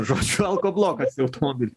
žodžiu alkoblokas į automobį